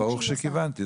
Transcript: ברוך שכיוונתי.